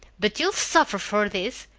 but you'll suffer for this!